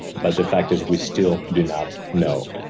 but the fact is, we still do not know.